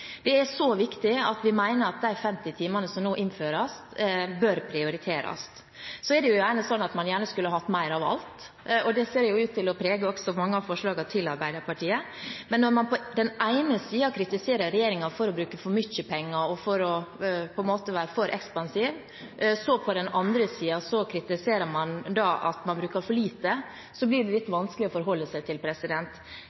Det er så viktig at vi mener at de 50 timene som nå innføres, bør prioriteres. Så er det sånn at man gjerne skulle hatt mer av alt, og det ser også ut til å prege mange av forslagene til Arbeiderpartiet. Men når man på den ene siden kritiserer regjeringen for å bruke for mye penger og for på en måte å være for ekspansiv, og på den andre siden kritiserer at man bruker for lite, blir det litt